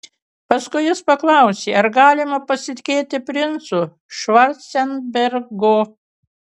paskui jis paklausė ar galima pasitikėti princu švarcenbergu